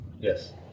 yes